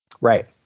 Right